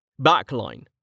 Backline